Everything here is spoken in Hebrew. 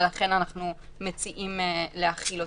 ולכן אנחנו מציעים להחיל אותם.